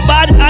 Bad &